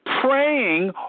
Praying